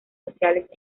sociales